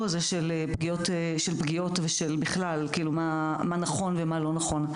הזה של פגיעות ושל בכלל מה נכון ומה לא נכון.